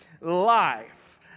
life